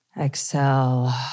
Exhale